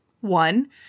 One